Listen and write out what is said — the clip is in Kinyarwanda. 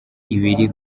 ibiri